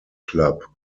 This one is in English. club